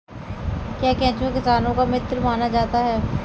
क्या केंचुआ किसानों का मित्र माना जाता है?